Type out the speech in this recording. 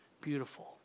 beautiful